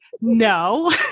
no